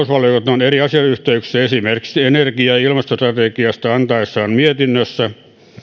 on eri asiayhteyksissä esimerkiksi energia ja ilmastostrategiasta antamissaan mietinnöissä